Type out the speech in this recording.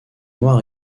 noir